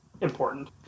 important